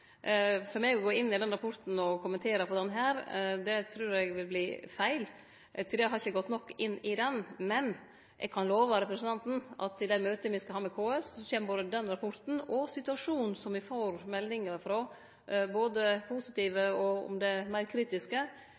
av meg å gå inn i den rapporten og kommentere han her. Eg har ikkje gått nok inn i han til å gjere det, men eg kan love representanten at i det møtet me skal ha med KS, skal både rapporten og situasjonen som me får både positive og meir kritiske